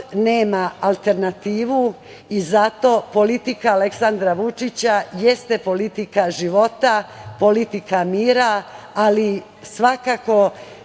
nema alternativu i zato politika Aleksandra Vučića jeste politika života, politika mira, ali svakako